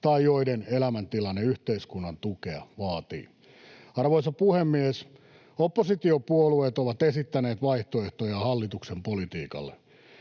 tai joiden elämäntilanne yhteiskunnan tukea vaatii. Arvoisa puhemies! Oppositiopuolueet ovat esittäneet vaihtoehtojaan hallituksen politiikalle.